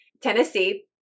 Tennessee